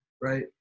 right